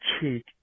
cheek